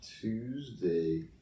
Tuesday